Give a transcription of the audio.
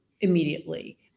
immediately